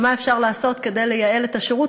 מה אפשר לעשות כדי לייעל את השירות,